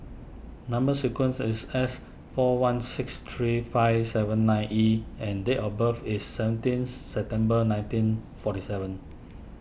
Number Sequence is S four one six three five seven nine E and date of birth is seventeenth September nineteen forty seven